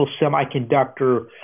semiconductor